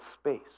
space